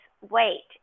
wait